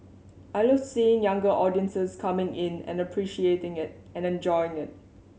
I love seeing younger audiences coming in and appreciating it and and enjoying it